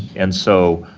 and so,